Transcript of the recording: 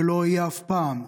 ולא יהיה אף פעם,